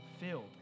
filled